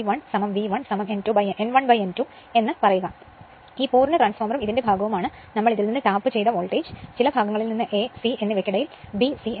ഓട്ടോട്രാൻസ്ഫോർമറായി എടുക്കുമ്പോൾ ഈ പൂർണ്ണ ട്രാൻസ്ഫോർമറും ഇതിന്റെ ഭാഗവുമാണ് നമ്മൾ ഇതിൽ നിന്ന് ടാപ്പുചെയ്ത വോൾട്ടേജ് ചില ഭാഗങ്ങളിൽ നിന്ന് A C എന്നിവയ്ക്കിടയിൽ B C എന്ന് പറയുന്നു